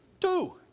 Two